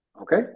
Okay